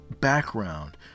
background